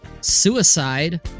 suicide